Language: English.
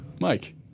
Mike